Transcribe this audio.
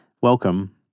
Welcome